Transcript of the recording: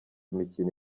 imikino